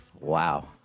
Wow